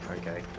okay